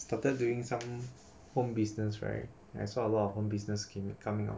started doing some home business right I saw a lot of home business came coming up